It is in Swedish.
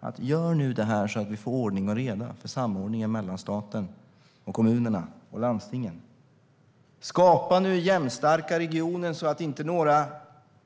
är att detta måste göras så att vi får ordning och reda för samordningen mellan staten, kommunerna och landstingen: Skapa nu jämnstarka regioner, så att inte några runt storstäderna